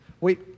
Wait